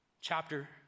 chapter